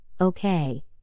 Okay